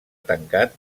tancat